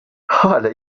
حالا